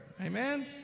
Amen